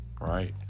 right